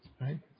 right